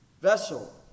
vessel